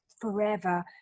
forever